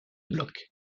blocs